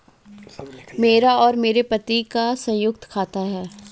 मेरा और मेरे पति का संयुक्त खाता है